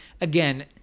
again